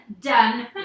done